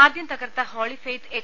ആദ്യം തകർത്ത Holy Faith H